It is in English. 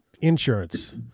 insurance